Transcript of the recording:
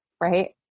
right